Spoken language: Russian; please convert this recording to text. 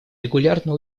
регулярно